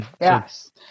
Yes